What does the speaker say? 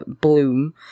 bloom